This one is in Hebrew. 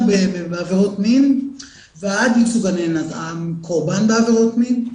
בעבירות מין ועד ייצוג הקורבן בעבירות מין,